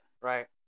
Right